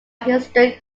historic